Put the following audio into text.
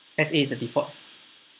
S_A is the default